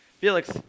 Felix